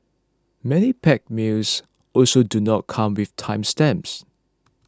many packed meals also do not come with time stamps